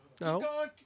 no